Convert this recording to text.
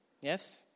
Yes